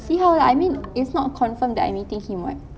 see how lah I mean it's not confirmed that I'm meeting him [what]